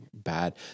bad